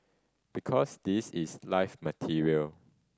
because this is live material